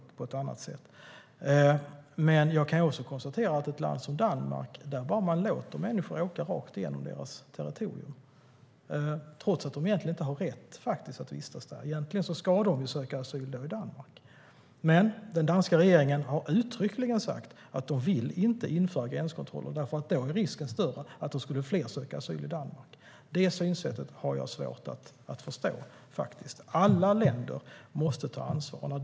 Men jag kan också konstatera att ett land som Danmark låter människor åka rakt igenom sitt territorium trots att de egentligen inte har rätt att vistas där. I själva verket ska de söka asyl i Danmark, men den danska regeringen har uttryckligen sagt att man inte vill införa gränskontroller eftersom risken då är större att fler söker asyl i Danmark. Det synsättet har jag svårt att förstå. Alla länder måste ta ansvar.